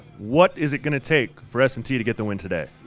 what is it going to take for s and t to get the win today?